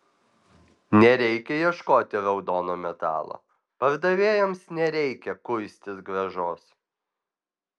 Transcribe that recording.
nereikia ieškoti raudono metalo pardavėjams nereikia kuistis grąžos